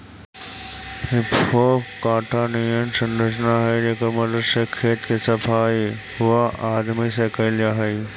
हेइ फोक काँटा निअन संरचना हई जेकर मदद से खेत के सफाई वआदमी से कैल जा हई